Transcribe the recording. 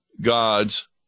God's